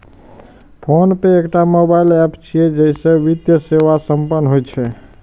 PhonePe एकटा mobile app छियै, जइसे वित्तीय सेवा संपन्न होइ छै